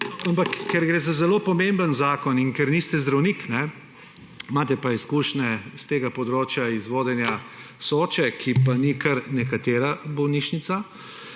Ampak ker gre za zelo pomemben zakon in ker niste zdravnik, imate pa izkušnje s področja vodenja Soče, ki pa ni kar nekatera bolnišnica.